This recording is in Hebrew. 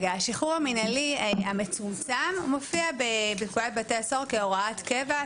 השחרור המינהלי המצומצם מופיע בפקודת בתי הסוהר כהוראת קבע,